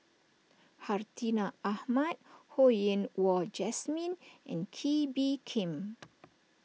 Hartinah Ahmad Ho Yen Wah Jesmine and Kee Bee Khim